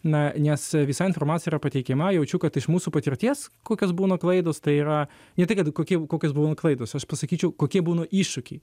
na nes visa informacija pateikiama jaučiu kad iš mūsų patirties kokios būna klaidos tai yra ne tai kad kokie kokios būna klaidos aš pasakyčiau kokie būna iššūkiai